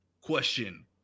question